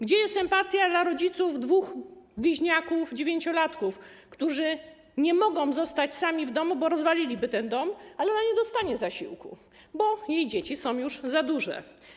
Gdzie jest empatia dla rodziców dwóch bliźniaków dziewięciolatków, którzy nie mogą zostać sami w domu, bo rozwaliliby ten dom, ale ona nie dostanie zasiłku, bo jej dzieci są już za duże?